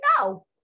No